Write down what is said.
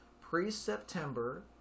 Pre-September